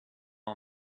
all